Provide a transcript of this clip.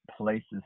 Places